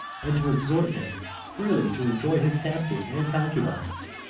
and to exhort him freely to enjoy his captives and concubines,